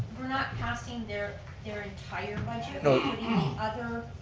we're not costing their their entire budget? no other.